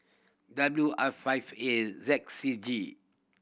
W I Five A Z C G